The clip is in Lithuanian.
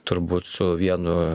turbūt su vienu